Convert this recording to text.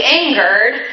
angered